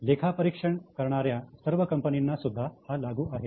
लेखापरीक्षण करणाऱ्या सर्व कंपनींना सुद्धा हा लागू आहे